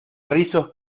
rizos